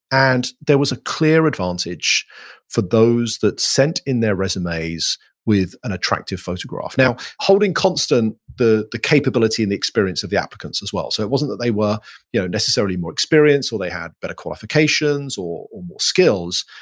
and there was a clear advantage for those that sent in their resumes with an attractive photograph. now holding constant the the capability and the experience of the applicants as well. so it wasn't that they were you know necessarily more experienced or they had better qualifications or or more skills.